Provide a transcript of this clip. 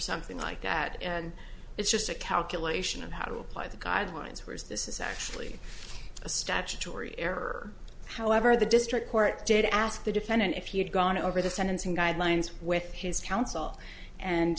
something like that and it's just a calculation of how to apply the guidelines where is this is actually a statutory error however the district court did ask the defendant if you'd gone over the sentencing guidelines with his counsel and